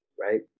right